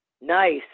Nice